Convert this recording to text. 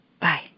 Bye